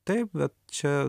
taip bet čia